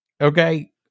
Okay